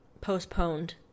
postponed